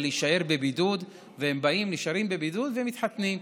להישאר בבידוד והם באים ונשארים בבידוד ומתחתנים.